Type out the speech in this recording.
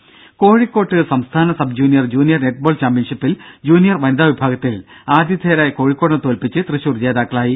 ദേദ കോഴിക്കോട്ട് സംസ്ഥാന സബ്ജൂനിയർ ജൂനിയർ നെറ്റ്ബോൾ ചാമ്പ്യൻഷിപ്പിൽ ജൂനിയർ വനിതാ വിഭാഗത്തിൽ ആതിഥേയരായ കോഴിക്കോടിനെ തോൽപ്പിച്ച് തൃശൂർ ജേതാക്കളായി